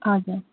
हजुर